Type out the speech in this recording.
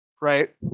Right